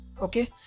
Okay